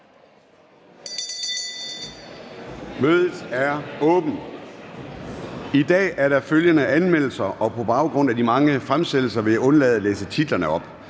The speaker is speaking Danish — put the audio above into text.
Mødet er åbnet. I dag er der følgende anmeldelser, og på baggrund af de mange fremsættelser vil jeg undlade at læse titlerne op.